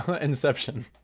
inception